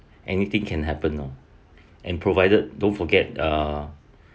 anything can happen oh and provided don't forget uh